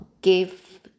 give